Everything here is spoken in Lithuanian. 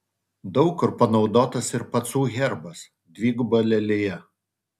daug kur panaudotas ir pacų herbas dviguba lelija